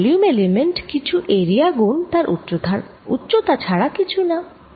একটি ভলিউমএলিমেন্ট কিছু এরিয়া গুণ তার উচ্চতা ছাড়া কিছু না